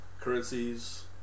currencies